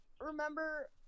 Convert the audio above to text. remember